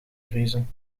vriezen